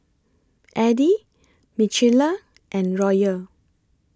Eddy Michaela and Royal